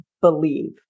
believe